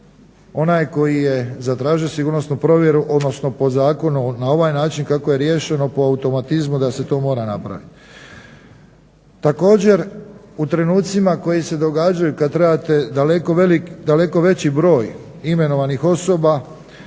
onaj koji je zatražio sigurnosnu provjeru odnosno po zakonu na ovaj način kako je riješeno po automatizmu da se to mora napravit. Također, u trenucima koji se događaju kad trebate daleko veći broj imenovanih osoba